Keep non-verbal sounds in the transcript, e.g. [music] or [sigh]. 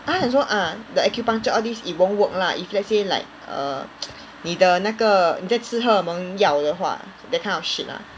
他还说 ah the acupuncture all these it won't work lah if let's say like err [noise] 你的那个你在吃荷尔蒙药的话 that kind of shit lah